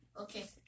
Okay